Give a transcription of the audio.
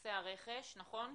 לנושא הרכש, נכון?